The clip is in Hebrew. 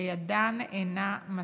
שידן אינה משגת.